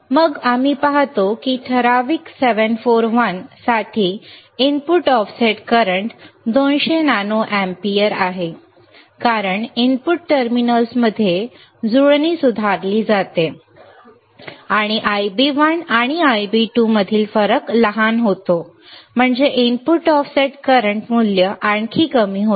मग मी पाहतो की ठराविक 741 साठी input offset current 200 nano ampere आहे कारण इनपुट टर्मिनल्स मध्ये जुळणी सुधारली जाते आणि Ib1 आणि Ib2 मधील फरक लहान होतो म्हणजे इनपुट ऑफसेट करंट मूल्य आणखी कमी होते